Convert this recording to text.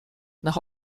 nach